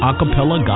Acapella